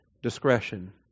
Discretion